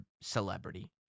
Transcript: celebrity